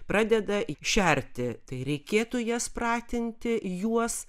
pradeda šerti tai reikėtų jas pratinti juos